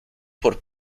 por